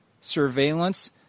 surveillance